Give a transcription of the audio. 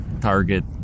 Target